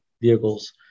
vehicles